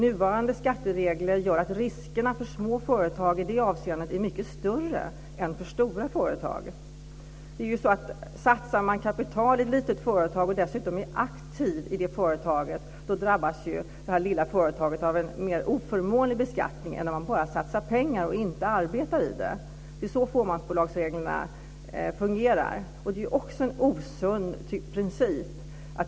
Nuvarande skatteregler gör att riskerna för små företag i det avseendet är mycket större än för stora företag. Satsar man kapital i ett litet företag och dessutom är aktiv i det företaget drabbas det lilla företaget av en mer oförmånlig beskattning än om man bara hade satsat pengar och inte arbetar i det. Det är så fåmansbolagsreglerna fungerar. Det är en osund princip.